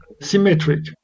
symmetric